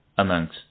Amongst